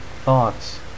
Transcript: thoughts